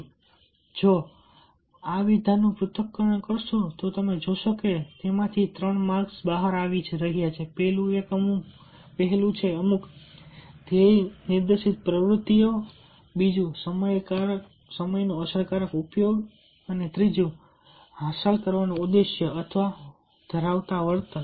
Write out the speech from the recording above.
તેથી જો તમે આ વિધાનનું પૃથ્થકરણ કરશો તો તમે જોશો કે તેમાંથી ત્રણ માર્કર્સ બહાર આવી રહ્યા છે પેલું અમુક ધ્યેય નિર્દેશિત પ્રવૃત્તિઓ બીજુ સમયનો અસરકારક ઉપયોગ અને ત્રીજું હાંસલ કરવાનો ઉદ્દેશ્ય ધરાવતા વર્તન